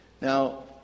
Now